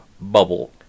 bubble